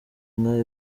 nka